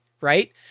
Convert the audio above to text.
right